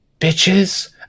Bitches